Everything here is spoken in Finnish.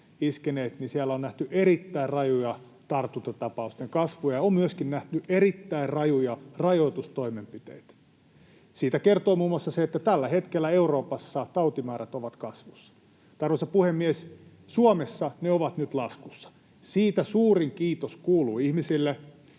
iskeneet, on nähty erittäin rajuja tartuntatapausten kasvuja ja on myöskin nähty erittäin rajuja rajoitustoimenpiteitä. Siitä kertoo muun muassa se, että tällä hetkellä Euroopassa tautimäärät ovat kasvussa. Mutta, arvoisa puhemies, Suomessa ne ovat nyt laskussa. Siitä suurin kiitos kuuluu ihmisille,